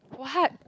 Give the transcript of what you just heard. what